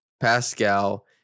Pascal